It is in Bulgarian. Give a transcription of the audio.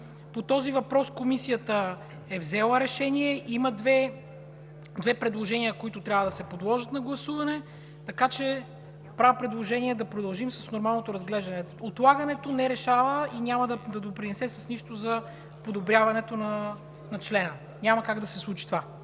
По този въпрос Комисията е взела решение и има две предложения, които трябва да се подложат на гласуване, така че правя предложение да продължим с нормалното му разглеждане. Отлагането не решава и няма да допринесе с нищо за подобряването на текста. Това няма как да се случи.